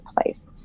place